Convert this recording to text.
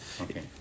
Okay